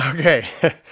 Okay